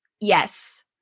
yes